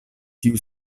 tiu